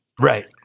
Right